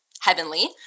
heavenly